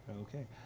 okay